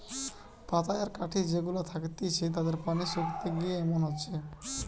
পাতায় আর কাঠি যে গুলা থাকতিছে তাতে পানি শুকিয়ে গিলে এমন হচ্ছে